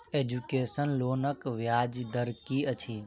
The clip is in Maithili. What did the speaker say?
एजुकेसन लोनक ब्याज दर की अछि?